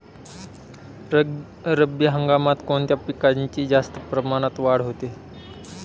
रब्बी हंगामात कोणत्या पिकांची जास्त प्रमाणात वाढ होते?